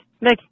Nick